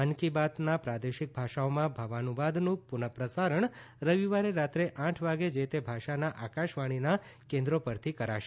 મન કી બાતના પ્રાદેશિક ભાષાઓમાં ભાવાનુવાદનું પુનઃ પ્રસારણ રવિવારે રાત્રે આઠ વાગે જે તે ભાષાના આકાશવાણીના કેન્દ્રો પરથી કરાશે